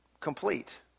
complete